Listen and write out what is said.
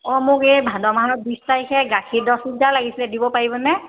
অঁ মোক এই ভাদ মাহৰ বিছ তাৰিখে গাখীৰ দহ লিটাৰ লাগিছিলে দিব পাৰিবনে